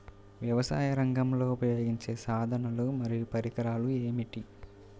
వ్యవసాయరంగంలో ఉపయోగించే సాధనాలు మరియు పరికరాలు ఏమిటీ?